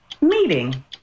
Meeting